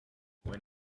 when